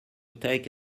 take